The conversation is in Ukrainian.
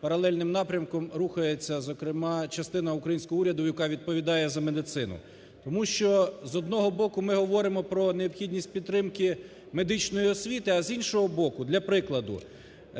паралельним напрямком рухається, зокрема, частина українського уряду, яка відповідає за медицину. Тому що, з одного боку, ми говоримо про необхідність підтримки медичної освіти, а, з іншого боку, для прикладу,